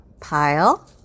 pile